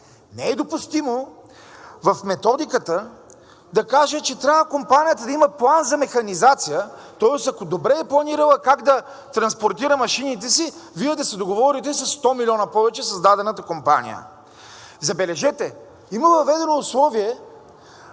Не е допустимо в методиката да се каже, че трябва компанията да има план за механизация, тоест, ако добре е планирала как да транспортира машините си, Вие да се договорите със 100 милиона повече със създадената компания. Забележете, има въведено условие